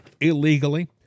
illegally